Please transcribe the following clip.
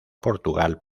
portugal